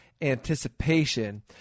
anticipation